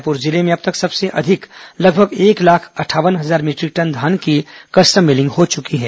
रायपुर जिले में अब तक सबसे अधिक लगभग एक लाख अंठावन हजार मीटरिक टन धान की कस्टम मिलिंग हुई है